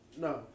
No